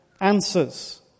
answers